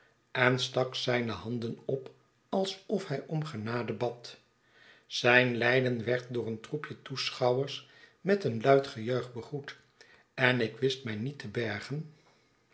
en stak zijne handen op alsof hij om genade bad zijn lijden werd door een troepje toeschouwers met een luid gejuich begroet en ik wist mij niet te bergen